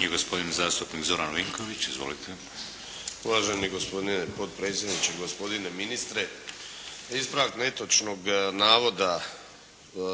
I gospodin zastupnik Zoran Vinković. Izvolite. **Vinković, Zoran (SDP)** Uvaženi gospodine potpredsjedniče, gospodine ministre. Ispravak netočnog navoda